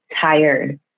tired